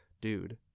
dude